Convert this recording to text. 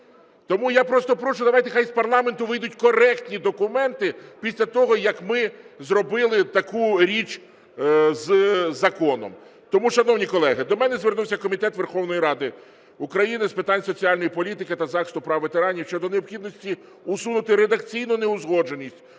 Тому я просто прошу, давайте, хай з парламенту вийдуть коректні документи після того, як ми зробили таку річ з законом. Тому, шановні колеги, до мене звернувся Комітет Верховної Ради України з питань соціальної політики та захисту прав ветеранів щодо необхідності усунути редакційну неузгодженість